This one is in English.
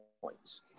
points